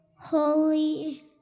holy